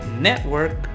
network